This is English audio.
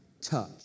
touch